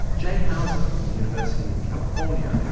jay hauser from the university of california,